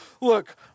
look